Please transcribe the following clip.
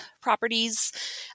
properties